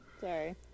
Sorry